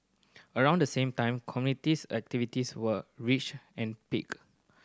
around the same time communities activities were reach and peak